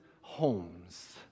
Homes